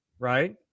Right